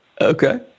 Okay